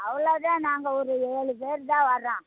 அவ்வளோ தான் நாங்கள் ஒரு ஏழு பேர் தான் வர்றோம்